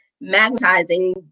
magnetizing